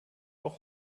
auch